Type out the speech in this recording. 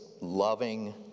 loving